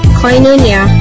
coinonia